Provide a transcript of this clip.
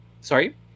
Sorry